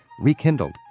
rekindled